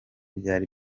byari